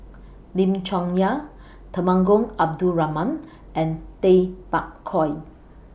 Lim Chong Yah Temenggong Abdul Rahman and Tay Bak Koi